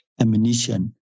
ammunition